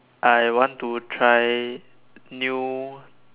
I want to try new